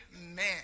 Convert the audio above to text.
Amen